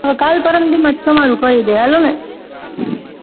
કાલ પરમ દી માં જ તમારું કરી દઈ હાલો ને